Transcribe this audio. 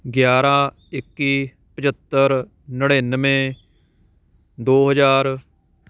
ਗਿਆਰ੍ਹਾਂ ਇੱਕੀ ਪਝੱਤਰ ਨੜਿਨਵੇਂ ਦੋ ਹਜ਼ਾਰ